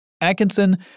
Atkinson